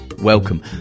Welcome